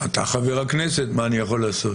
אתה חבר הכנסת, מה אני יכול לעשות?